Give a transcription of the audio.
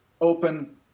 open